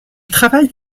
travaille